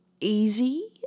easy